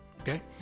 Okay